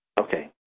Okay